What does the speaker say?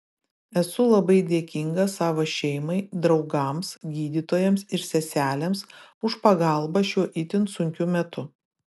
esu labai dėkinga savo šeimai draugams gydytojams ir seselėms už pagalbą šiuo itin sunkiu metu